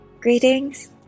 Greetings